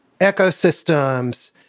ecosystems